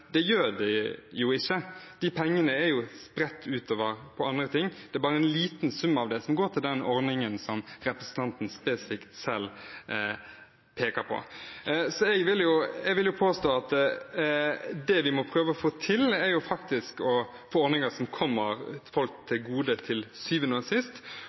det gjør de jo ikke. De pengene blir spredd utover til andre ting. Det er bare en liten sum av det som går til den ordningen som representanten spesifikt selv peker på. Jeg vil påstå at det vi må prøve å få til, er ordninger som til syvende og sist kommer folk til gode, og da er det å sørge for ordninger som